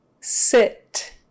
sit